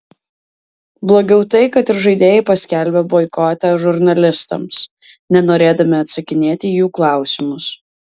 blogiau tai kad ir žaidėjai paskelbė boikotą žurnalistams nenorėdami atsakinėti į jų klausimus